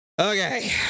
Okay